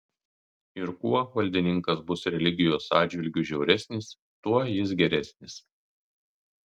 ir kuo valdininkas bus religijos atžvilgiu žiauresnis tuo jis geresnis